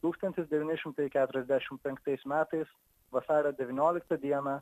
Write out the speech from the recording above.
tūkstantis devyni šimtai keturiasdešimt penktais metais vasario devynioliktą dieną